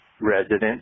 Resident